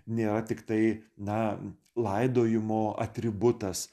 nėra tiktai na laidojimo atributas